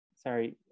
Sorry